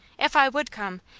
if i would come,